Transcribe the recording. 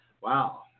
wow